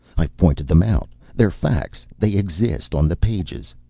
i've pointed them out. they're facts, they exist on the pages.